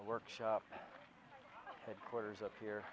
workshop headquarters up here